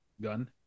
gun